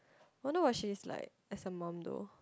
wonder what she's like as a mum though